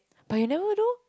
but you never do